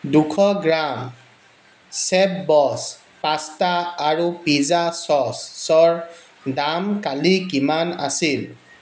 দুশ গ্ৰাম চেফবছ পাস্তা আৰু পিজ্জা চ'চৰ দাম কালি কিমান আছিল